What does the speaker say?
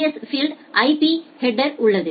S field IP ஹெட்டர்க்குள் உள்ளது